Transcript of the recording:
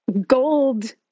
gold